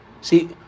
see